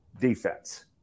defense